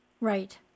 Right